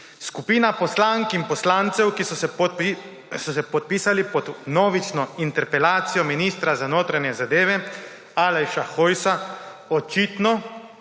Skupina poslank in poslancev, ki so se podpisali pod vnovično interpelacijo ministra za notranje zadeve Aleša Hojsa, očitno,